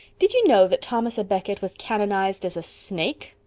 did you know that thomas a becket was canonized as a snake?